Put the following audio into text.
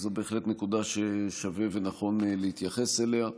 זו בהחלט נקודה ששווה ונכון להתייחס אליה.